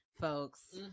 folks